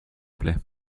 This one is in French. plait